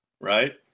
right